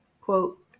Quote